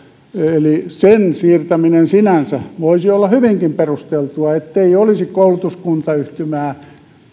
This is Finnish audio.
eli sen siirtäminen sinänsä voisi olla hyvinkin perusteltua ettei olisi koulutuskuntayhtymää